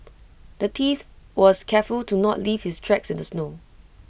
the thief was careful to not leave his tracks in the snow